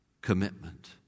commitment